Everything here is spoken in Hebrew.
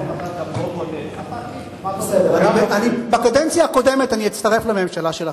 משא-ומתן, בקדנציה הקודמת אני אצטרף לממשלה שלכם.